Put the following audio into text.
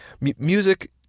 Music